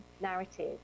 narrative